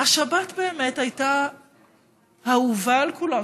השבת באמת הייתה אהובה על כולם,